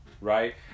right